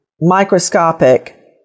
microscopic